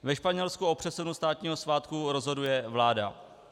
Ve Španělsku o přesunu státního svátku rozhoduje vláda.